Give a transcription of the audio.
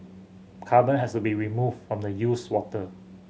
carbon has to be removed from the used water